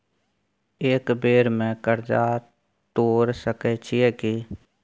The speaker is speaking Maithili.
एक बेर में कर्जा तोर सके छियै की?